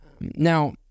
Now